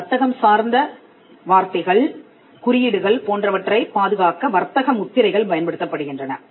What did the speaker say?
வர்த்தகம் சார்ந்த வார்த்தைகள் குறியீடுகள் போன்றவற்றைப் பாதுகாக்க வர்த்தக முத்திரைகள் பயன்படுத்தப்படுகின்றன